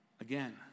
again